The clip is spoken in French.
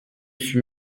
fut